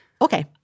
Okay